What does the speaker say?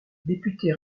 député